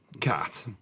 cat